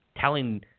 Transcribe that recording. telling